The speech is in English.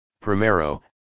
Primero